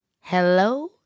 Hello